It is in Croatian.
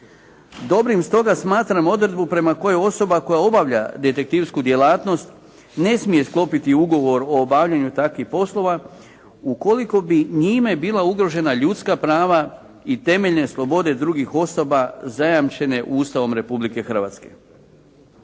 Dobrim stoga smatram odredbu prema kojoj osoba koja obavlja detektivsku djelatnost ne smije sklopiti ugovor u obavljanju takvih poslova ukoliko bi njime bila ugrožena ljudska prava i temeljne slobode drugih osoba zajamčene Ustavom Republike Hrvatske.